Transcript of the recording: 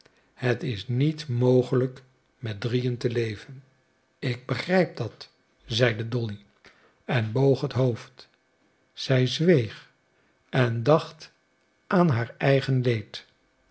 het is niet mogelijk met drieën te leven ik begrijp dat zeide dolly en boog het hoofd zij zweeg en dacht aan haar eigen leed